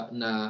na